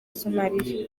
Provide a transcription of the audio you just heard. somaliya